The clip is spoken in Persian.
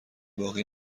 باقی